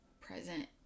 present